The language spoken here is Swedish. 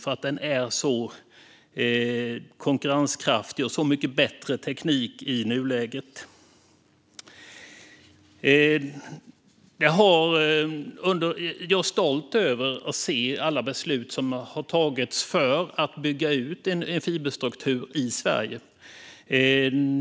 Tekniken är så konkurrenskraftig och så mycket bättre i nuläget. Jag är stolt över alla beslut som har tagits för att bygga ut fiberstrukturen i Sverige.